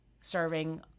serving